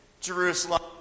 Jerusalem